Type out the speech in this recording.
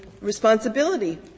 responsibility